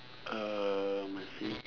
uh my fav~